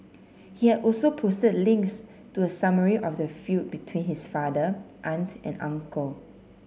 he had also posted links to a summary of the feud between his father aunt and uncle